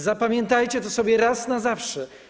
Zapamiętajcie to sobie raz na zawsze.